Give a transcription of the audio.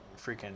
freaking